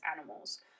animals